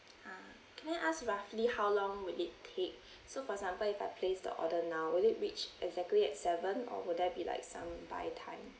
ah can I ask roughly how long will it take so for example if I place the order now will it reach exactly at seven or will there be like some buy time